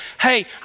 Hey